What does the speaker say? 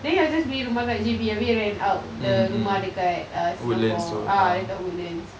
then you all just beli rumah dekat J_B abeh rent out the rumah dekat err singapore ah dekat woodlands